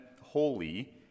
holy